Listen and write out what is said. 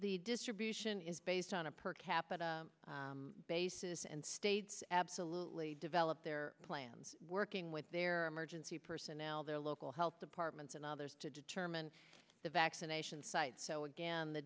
the distribution is based on a per capita basis and states absolutely develop their plans working with their emergency personnel their local health departments and others to determine the vaccination site so again the